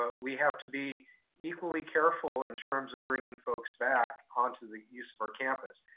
but we have to be equally careful in terms of bringing folks back onto the use of our campus.